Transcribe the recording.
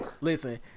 Listen